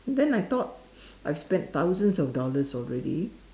and then I thought I've spent thousands of dollars already